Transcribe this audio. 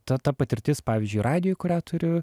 ta ta patirtis pavyzdžiui radijuj kurią turiu